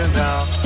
now